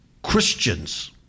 Christians